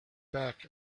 back